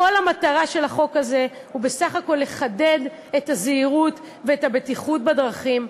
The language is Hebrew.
כל המטרה של החוק הזה היא בסך הכול לחדד את הזהירות ואת הבטיחות בדרכים,